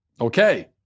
okay